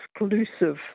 exclusive